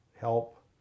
help